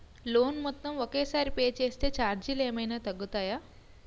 Loan మొత్తం ఒకే సారి పే చేస్తే ఛార్జీలు ఏమైనా తగ్గుతాయా?